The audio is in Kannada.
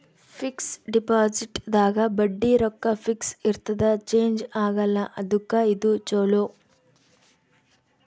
ಫಿಕ್ಸ್ ಡಿಪೊಸಿಟ್ ದಾಗ ಬಡ್ಡಿ ರೊಕ್ಕ ಫಿಕ್ಸ್ ಇರ್ತದ ಚೇಂಜ್ ಆಗಲ್ಲ ಅದುಕ್ಕ ಇದು ಚೊಲೊ